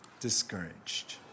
discouraged